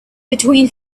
between